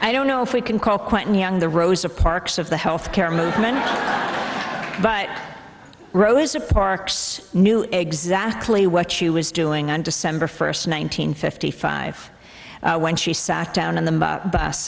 i don't know if we can call quentin young the rosa parks of the health care movement but rosa parks knew exactly what she was doing on december first one nine hundred fifty five when she sat down in the bus